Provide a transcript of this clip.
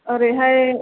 ओरैहाय